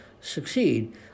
succeed